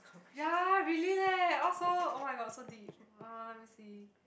ya really leh all so oh-my-god so deep uh let me see